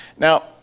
Now